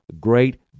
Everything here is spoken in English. great